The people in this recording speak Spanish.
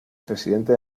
presidente